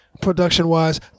Production-wise